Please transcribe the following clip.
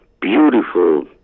beautiful